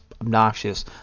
obnoxious